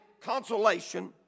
consolation